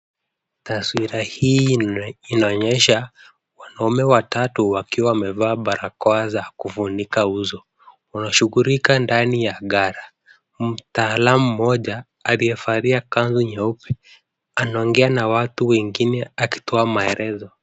Taswira hii inaonyesha wanaume watatu wakiwa wamevaa barakoa za kufunika uso. Wanashughulika ndani ya ghala. Mtaalamu mmoja aliyevalia kanzu nyeupe, anaongea na watu wengine akitoa maelezo.